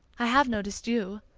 i have noticed you.